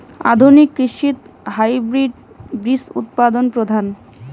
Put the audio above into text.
আধুনিক কৃষিত হাইব্রিড বীজ উৎপাদন প্রধান